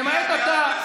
למעט אתה.